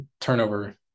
turnover